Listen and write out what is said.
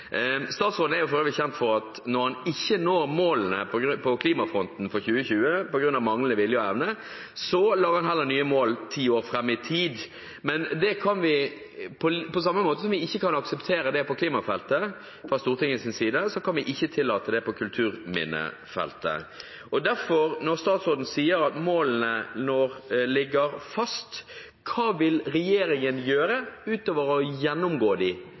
Statsråden er for øvrig kjent for når han ikke når målene på klimafronten for 2020 på grunn av manglende vilje og evne, heller å lage nye mål ti år fram i tid. Men på samme måte som vi ikke kan akseptere det på klimafeltet fra Stortingets side, kan vi ikke tillate det på kulturminnefeltet. Derfor, når statsråden sier at målene nå ligger fast, hva vil regjeringen gjøre utover å gjennomgå status? Hva vil regjeringen faktisk gjøre for å sørge for at vi når de